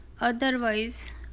otherwise